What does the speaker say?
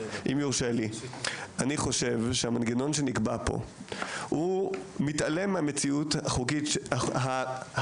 אני חושב שהמנגנון שנקבע פה מתעלם מהמציאות החברתית.